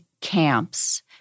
camps